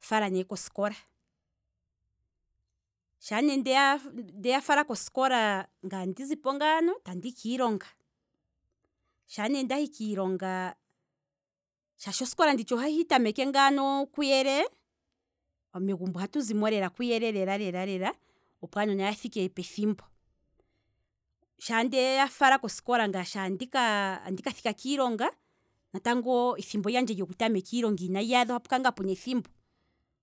Fala ne kosikola, sha ne ndeya fala kosikola, ngaye andi zipo ngaano tehi kiilonga, shaa ne ndahi kiilonga, shaashi osiko nditsha, shaashi osikola nditsha oha hitameke kuyele, megumbo ohatu zimo kuyele lela lela, opo aanona ya thike pethimbo, shaa ndey fala kosikola ngaye tehi kiilonga, natango ethimbo lyandje lyoku tameka iilonga inali adha, ohapu kala ngaa pena ethimbo,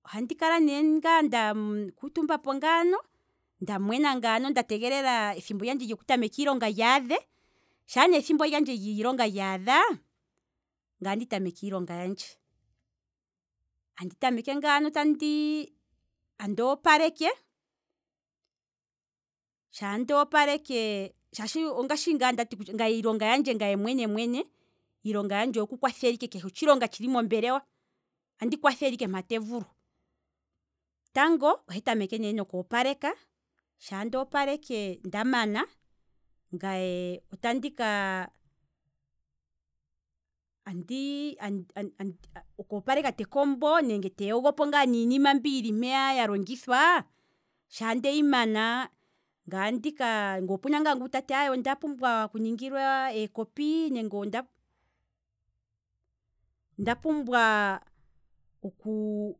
ohandi kala ngaa nda kuutumbapo ngaano, nda tegelela ethimbo lyandje lyoku tameka iilonga lyaadhe, shaa ne ethimbo lyandje lyiilonga lyaadha, ngaye andi tameke iilonga yandje, andi tameke ngaano andi opaleke, shaashi ongaashi ngaa ndati kutya ngaye iilonga yandje ngaye mwene mwene oku kwathela ike keshe otshilonga tshili mombelewa, andi kwathele ike mpa tevulu, tango andi tameke noku opaleka, shaa ndoopaleke ndamana. ngaye otandi kaa, oku opaleka tekombo, nenge tandi yogo po ngaa niinima mbi yili mpeya ya longithwa, shaa ndeyi mana ngaye andika, nge opuna ngaa ngu tati ondaala oku ningilwa ee copy, nenge onda pumbwa oku